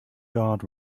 guard